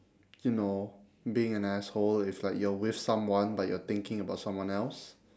you know being an asshole if like you are with someone but you are thinking about someone else